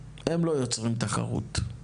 הם לא יוצרים תחרות.